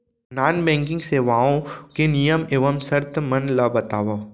non banking सेवाओं के नियम एवं शर्त मन ला बतावव